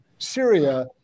Syria